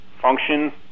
function